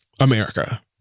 America